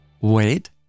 Wait